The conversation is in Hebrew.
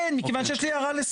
כן, מכיוון שיש לי הערה לסדר.